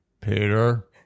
Peter